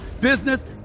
business